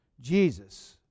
Jesus